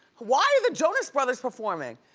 why are the jonas brothers performing.